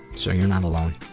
so you're not alone.